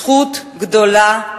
זכות גדולה,